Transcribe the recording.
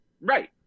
Right